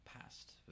past